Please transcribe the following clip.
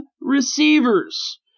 receivers